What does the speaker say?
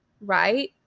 right